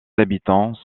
habitants